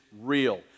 real